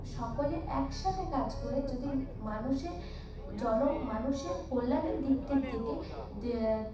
সকলে একসাথে কাজ করে যদি মানুষে জন মানুষের কল্যাণের দিকটির দিকে